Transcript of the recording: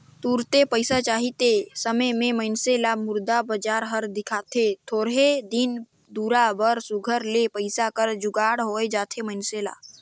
तुरते पइसा चाही ते समे में मइनसे ल मुद्रा बजार हर दिखथे थोरहें दिन दुरा बर सुग्घर ले पइसा कर जुगाड़ होए जाथे मइनसे ल